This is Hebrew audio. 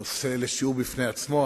זה נושא לשיעור בפני עצמו,